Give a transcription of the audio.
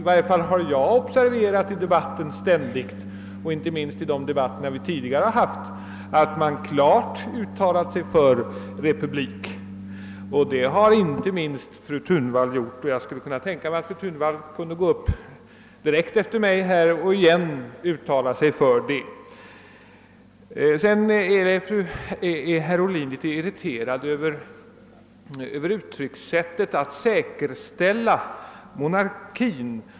I varje fall har jag i debatten — inte minst i de debatter som vi tidigare har haft — observerat att man klart har uttalat sig för republik. Särskilt fru Thunvall har gjort detta, och jag skulle kunna tänka mig att hon kunde gå upp direkt efter mig i talarstolen och än en gång uttala sig för republik. Herr Ohlin var litet irriterad över uttrycket att säkerställa monarkin.